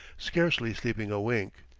scarcely sleeping a wink.